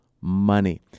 money